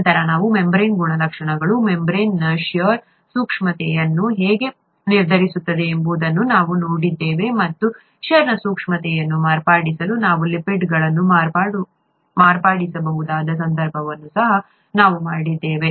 ನಂತರ ನಾವು ಮೆಂಬರೇನ್ ಗುಣಲಕ್ಷಣಗಳು ಮೆಂಬರೇನ್ನ ಷೇರ್ ಸೂಕ್ಷ್ಮತೆಯನ್ನು ಹೇಗೆ ನಿರ್ಧರಿಸುತ್ತದೆ ಎಂಬುದನ್ನು ನಾವು ನೋಡಿದ್ದೇವೆ ಮತ್ತು ಷೇರ್ನ ಸೂಕ್ಷ್ಮತೆಯನ್ನು ಮಾರ್ಪಡಿಸಲು ನಾವು ಲಿಪಿಡ್ಗಳನ್ನು ಮಾರ್ಪಡಿಸಬಹುದಾದ ಸಂದರ್ಭವನ್ನು ಸಹ ನಾವು ನೋಡಿದ್ದೇವೆ